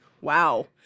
Wow